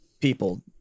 people